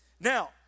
Now